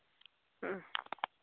ᱚ